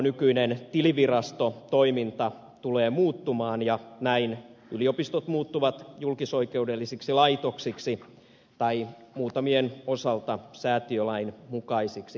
nykyinen tilivirastotoiminta tulee muuttumaan ja näin yliopistot muuttuvat julkisoikeudellisiksi laitoksiksi tai muutamien osalta säätiölain mukaisiksi säätiöiksi